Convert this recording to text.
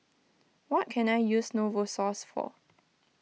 what can I use Novosource for